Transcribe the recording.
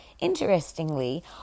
interestingly